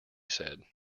said